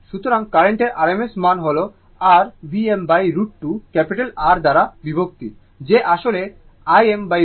সুতরাং কার্রেন্টের rms মান হল r Vm√ 2 R দ্বারা বিভক্ত যে আসলে Im√ 2